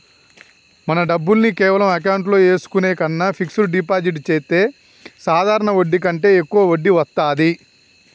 మన డబ్బుల్ని కేవలం అకౌంట్లో ఏసుకునే కన్నా ఫిక్సడ్ డిపాజిట్ చెత్తే సాధారణ వడ్డీ కంటే యెక్కువ వడ్డీ వత్తాది